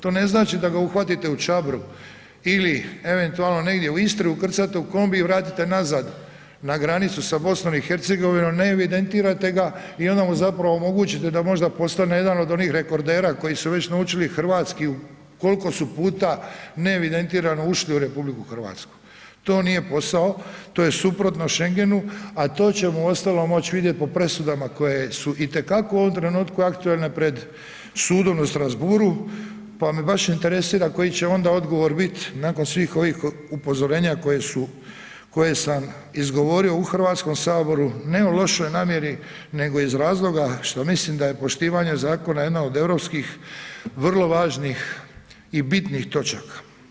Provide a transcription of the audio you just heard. To ne znači da ga uhvatite u Čabru ili eventualno negdje u Istri ukrcate u kombi i vratite nazad na granicu sa BiH, ne evidentirate ga i onda mu zapravo omogućite da možda postane jedan od onih rekordera koji su već naučili hrvatski, koliko su puta neevidentirano ušli u RH, to nije posao, to je suprotno šengenu, a to ćemo uostalom moć vidjet po presudama koje su itekako u ovom trenutku aktualne pred sudom u Strasbourgu, pa me baš interesira koji će onda odgovor bit nakon svih ovih upozorenja koje sam izgovorio u HS, ne u lošoj namjeri, nego iz razloga što mislim da je poštivanje zakona jedna od europskih vrlo važnih i bitnih točaka.